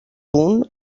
punt